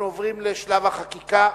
אנחנו עוברים לשלב החקיקה,